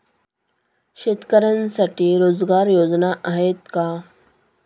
शेतकऱ्यांसाठी रोजगार योजना आहेत का?